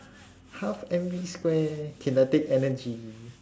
half M V square kinetic energy